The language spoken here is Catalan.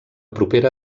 propera